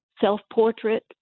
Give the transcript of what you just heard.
self-portrait